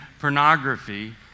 pornography